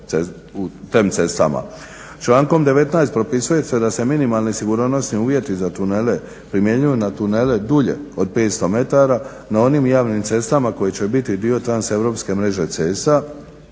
u TEM cestama. Člankom 19. propisuje se da se minimalni sigurnosni uvjeti za tunele primjenjuju na tunele dulje od 500 metara na onim javnim cestama koje će biti dio transeuropske mreže cesta